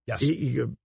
Yes